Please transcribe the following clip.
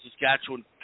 Saskatchewan